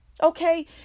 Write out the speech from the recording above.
Okay